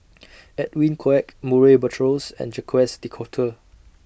Edwin Koek Murray Buttrose and Jacques De Coutre